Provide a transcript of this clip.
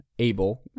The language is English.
Able